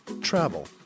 travel